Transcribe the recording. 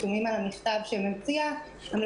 חתומים על המכתב שמציע למשרד החינוך